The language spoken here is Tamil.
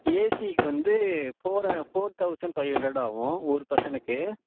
ஏசிக்கு வந்து four four thousand five hundred ஆவும் ஒரு பெர்சனுக்கு